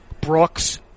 Brooks